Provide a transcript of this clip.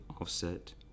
offset